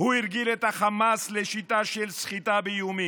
הוא הרגיל את החמאס לשיטה של סחיטה באיומים,